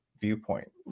viewpoint